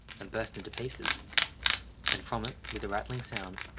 and burst into pieces and from it, with a rattling sound,